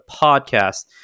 podcast